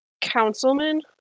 councilman